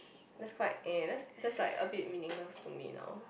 that's quite eh that's just like a bit meaningless to me now